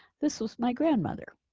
this was my grandmother.